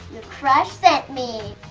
crush set me.